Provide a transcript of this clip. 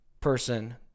person